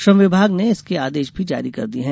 श्रम विभाग ने इसके आदेश भी जारी कर दिये हैं